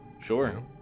Sure